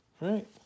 right